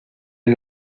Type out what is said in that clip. est